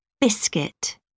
biscuit